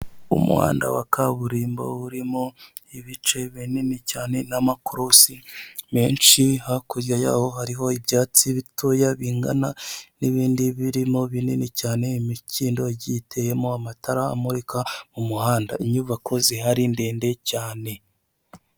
Umuhanda wa kaburimbo urimo ibice binini cyane n'amakorosi menshi, hakurya yaho hariho ibyatsi bitoya bingana n'ibindi birimo binini cyane, imikindo igiteyemo amatara amurika mu muhanda inyubako zihari ndende cyane.